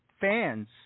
fans